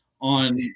on